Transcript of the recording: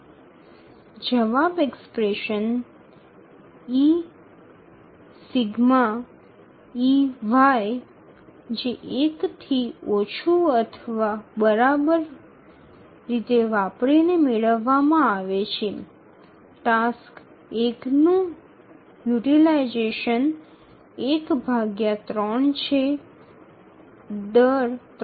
উত্তরটি ∑ey≤1 expression ব্যবহার করে প্রাপ্ত হয় এবং কার্য ১ এর কারণে ব্যবহারটি ১৩ হয়